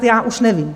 Já už nevím.